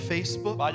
Facebook